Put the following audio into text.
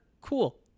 Cool